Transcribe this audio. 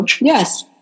yes